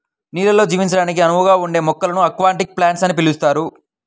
నీళ్ళల్లో జీవించడానికి అనువుగా ఉండే మొక్కలను అక్వాటిక్ ప్లాంట్స్ అని పిలుస్తారు